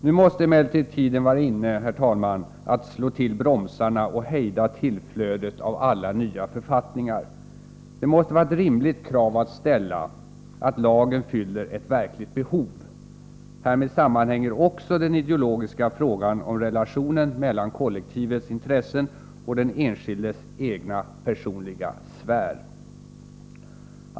Nu måste emellertid tiden vara inne, herr talman, att slå till bromsarna och hejda tillflödet av alla nya författningar. Det måste vara ett rimligt krav att lagen fyller ett verkligt behov. Härmed sammanhänger också den ideologiska frågan om relationen mellan kollektivets intressen och den enskildes egen personliga sfär.